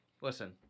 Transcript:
listen